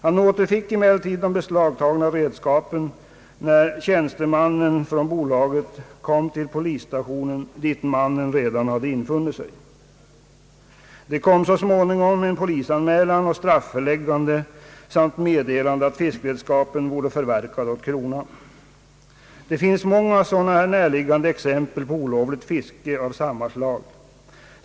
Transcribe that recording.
Han återfick emellertid de beslagtagna redskapen när en tjänsteman från bolaget kom till polisstationen, där mannen redan befann sig. Mannen hade polisanmälts, och det kom så småningom ett strafföreläggande samt meddelande om att fiskredskapen var förverkade åt kronan. Det finns många näraliggande exempel på olovligt fiske av liknande slag.